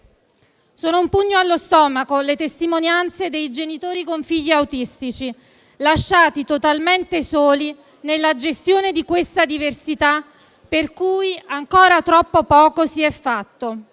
Sono un pugno allo stomaco le testimonianze dei genitori con figli autistici. Lasciati totalmente soli nella gestione di questa diversità per cui ancora troppo poco si è fatto.